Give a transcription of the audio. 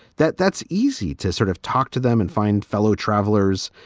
that that's easy to sort of talk to them and find fellow travelers.